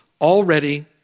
Already